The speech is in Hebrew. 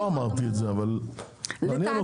לא אמרתי את זה אבל מעניין אותי איך זה יכול להיות.